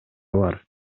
бар